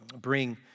bring